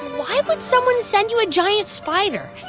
why would someone send you a giant spider?